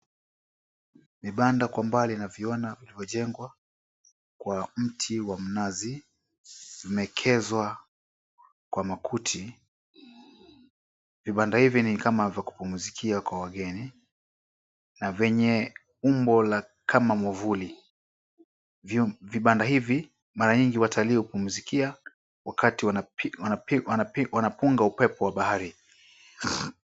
Vibanda kwa bali naviona vilivyojengwa kwa mti wa mnazi umeekezwa kwa makuti, vibanda hivi ni kama za kupumzikia kwa wageni na venye umbo la kama mwamvuli, vibanda hizi mara nyingi watalii hupumzikia wakati wanapunga upepo wa baharini.